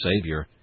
Savior